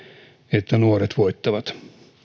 että nuoret voittavat